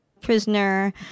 prisoner